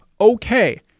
Okay